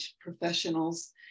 professionals